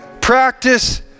practice